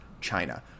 China